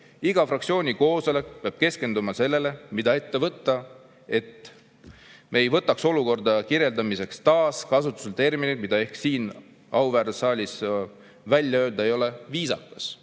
iga fraktsiooni koosolek peab keskenduma sellele, mida ette võtta, et me ei võtaks olukorra kirjeldamiseks taas kasutusele termineid, mida ehk siin auväärses saalis välja öelda ei ole viisakas.